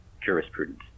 jurisprudence